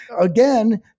Again